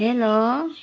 hello